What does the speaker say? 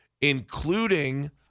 including